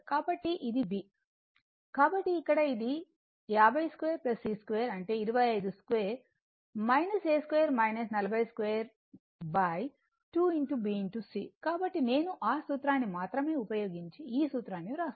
కాబట్టి ఇది b కాబట్టిఇక్కడ ఇది 50 2 c2 అంటే 25 2 a2 40 2 2 b c కాబట్టి నేను ఆ సూత్రాన్ని మాత్రమే ఉపయోగించి ఈ సూత్రాన్ని వ్రాసాము